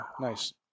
Nice